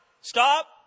stop